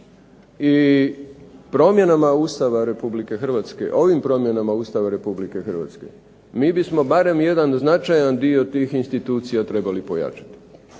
i promjenama Ustava RH, ovim promjenama Ustava RH mi bismo barem jedan značajan dio tih institucija trebali pojačati.